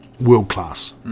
world-class